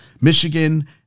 Michigan